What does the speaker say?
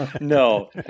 No